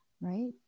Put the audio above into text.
Right